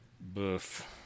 Boof